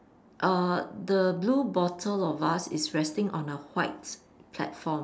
uh the blue bottle or vase is resting on a white platform